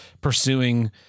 pursuing